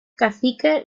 caciques